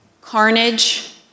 carnage